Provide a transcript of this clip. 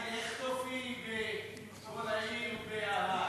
טלי, איך תופיעו ב"קול העיר" בערד?